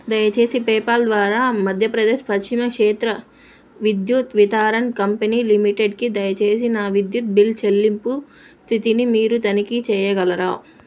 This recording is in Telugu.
దయచేసి పేపాల్ ద్వారా మధ్యప్రదేశ్ పశ్చిమ క్షేత్ర విద్యుత్ వితారన్ కంపెనీ లిమిటెడ్కి దయచేసి నా విద్యుత్ బిల్ చెల్లింపు స్థితిని మీరు తనిఖీ చేయగలరా